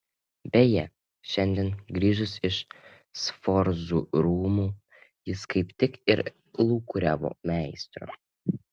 beje šiandien grįžus iš sforzų rūmų jis kaip tik ir lūkuriavo meistro